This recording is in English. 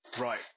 Right